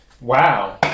Wow